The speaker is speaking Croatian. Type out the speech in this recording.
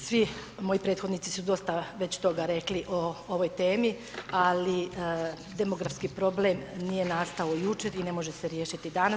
Svi moji prethodnici su dosta već toga rekli o ovoj temi, ali demografski problem nije nastao jučer i ne može se riješiti danas.